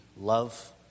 love